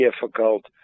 difficult